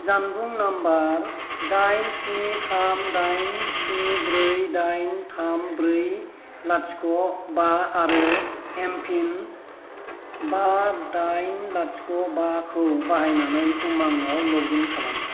जानबुं नाम्बार दाइन स्नि थाम दाइन स्नि ब्रै दाइन थाम ब्रै लाथिख' बा आरो एम पिन बा दाइन लाथिख' बाखौ बाहायनानै उमंआव लगइन खालाम